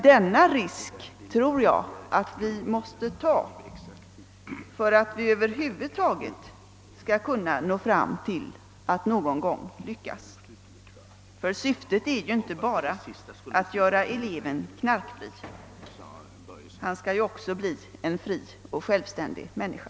Denna risk tror jag emellertid att vi måste ta för att över huvud taget lyckas någon gång. Syftet är ju inte bara att göra eleven knarkfri; han skall också bli en fri och självständig människa.